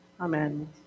Amen